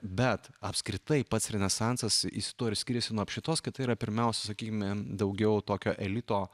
bet apskritai pats renesansas istorijoj skiriasi nuo apšvietos kad tai yra pirmiausia sakykime daugiau tokio elito